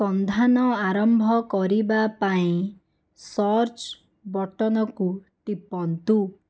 ସନ୍ଧାନ ଆରମ୍ଭ କରିବା ପାଇଁ ସର୍ଚ୍ଚ ବଟନ୍କୁ ଟିପନ୍ତୁ